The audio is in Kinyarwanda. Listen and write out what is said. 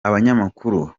abanyamakuru